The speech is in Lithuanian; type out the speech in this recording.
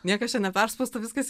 niekas čia ne perspausta viskas